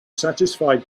satisfied